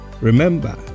remember